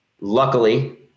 Luckily